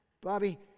Bobby